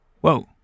Whoa